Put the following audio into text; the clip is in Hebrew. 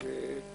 (אומר משפט בערבית).